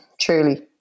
truly